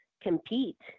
compete